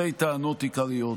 בשתי טענות עיקריות: